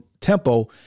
tempo